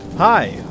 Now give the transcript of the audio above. Hi